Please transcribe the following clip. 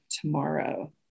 tomorrow